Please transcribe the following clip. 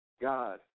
God